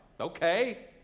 okay